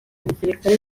gisirikare